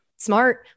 Smart